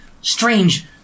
Strange